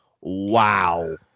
Wow